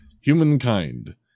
Humankind